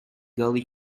gully